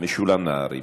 משולם נהרי.